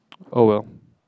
oh well